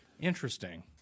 Interesting